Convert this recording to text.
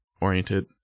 oriented